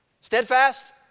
steadfast